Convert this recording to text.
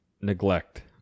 Neglect